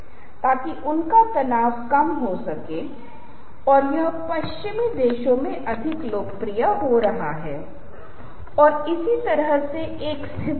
serif ग्रंथ कुछ इस तरह से हैं और जहां आपके पास लाइनें हैं जैसे कि अगर मैं सी लिख रहा हूं तो मेरे पास लाइनें हैं